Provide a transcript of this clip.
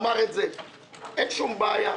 אין שום בעיה,